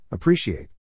Appreciate